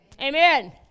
Amen